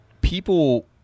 people